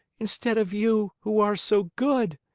instead of you, who are so good?